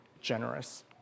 generous